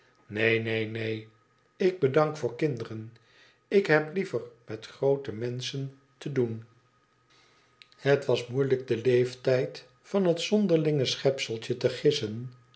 bij neen neen ik bedank voor kinderen ik heb liever met groote menschen te doen het was moeilijk den leeftijd van het zonderlinge schepseltje te gissen